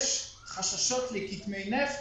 יש חששות לכתמי נפט.